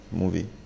movie